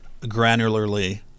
granularly